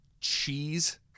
cheese